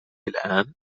الآن